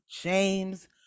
James